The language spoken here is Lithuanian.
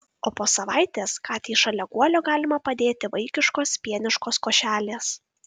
o po savaitės katei šalia guolio galima padėti vaikiškos pieniškos košelės